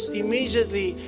immediately